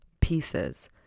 pieces